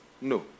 No